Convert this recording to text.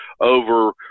over